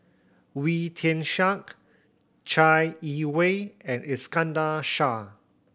Wee Tian Siak Chai Yee Wei and Iskandar Shah